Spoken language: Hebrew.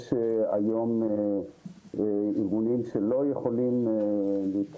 בואו ניתן למישהו מחברי הכנסת לפני שאתה